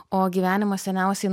o gyvenimas seniausiai